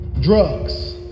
Drugs